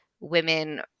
women